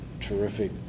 terrific